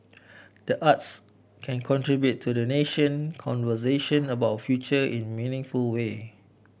the arts can contribute to the national conversation about future in meaningful way